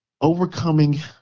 overcoming